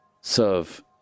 serve